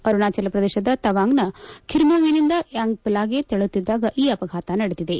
ಅರುಣಾಚಲ ಪ್ರದೇಶದ ತವಾಂಗ್ನ ಖರ್ಮುವಿನಿಂದ ಯಾಂಗ್ಪುಲ್ಲಾಗೆ ತೆರಳುತ್ತಿದ್ದಾಗ ಈ ಅಪಘಾತ ನಡೆದಿದೆ